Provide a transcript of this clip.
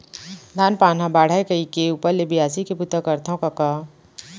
धान पान हर बाढ़य कइके ऊपर ले बियासी के बूता ल करथव कका